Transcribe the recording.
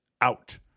out